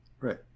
Right